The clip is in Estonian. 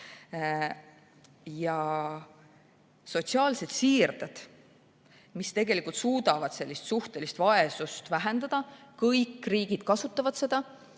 Sotsiaalsetel siiretel, mis tegelikult suudavad sellist suhtelist vaesust vähendada – kõik riigid kasutavad neid